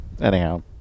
anyhow